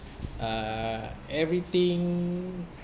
uh everything